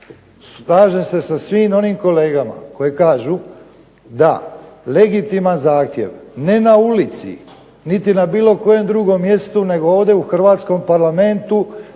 Slažem se sa svim onim kolegama koji kažu da legitiman zahtjev ne na ulici, niti na bilo kojem drugom mjestu nego ovdje u hrvatskom Parlamentu